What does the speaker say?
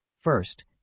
First